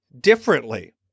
differently